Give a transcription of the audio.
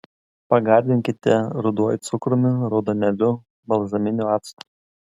pagardinkite ruduoju cukrumi raudonėliu balzaminiu actu